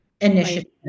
initiative